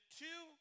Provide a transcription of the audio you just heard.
two